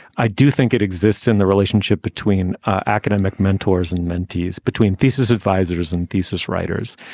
i do think it exists in the relationship between academic mentors and mentees, between thesis advisors and thesis writers.